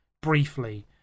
briefly